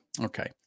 Okay